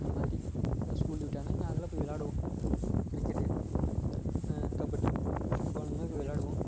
இந்த மாதிரி ஏதாவது ஸ்கூல் லீவு விட்டாங்கனால் நாங்களே போய் விள்ளாடுவோம் கிரிக்கெட்டு கபடி ஃபுட் பாலெலாம் போய் விள்ளாடுவோம்